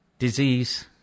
disease